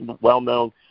well-known